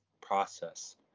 process